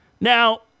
Now